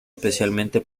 especialmente